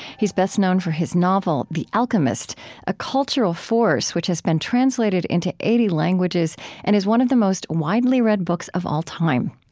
he's best known for his novel the alchemist a cultural force, which has been translated into eighty languages and is one of the most widely-read books of all time.